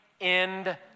end